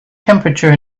temperature